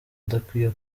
adakwiye